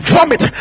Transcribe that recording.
Vomit